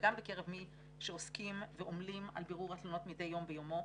וגם בקרב מי שעוסקים ועמלים על בירור התלונות מדי יום ביומו.